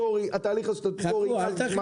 הנוכחי הם על תחבורה ציבורית ועל גודש.